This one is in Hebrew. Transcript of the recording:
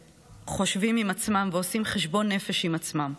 חושבים עם עצמם ועושים חשבון נפש עם עצמם.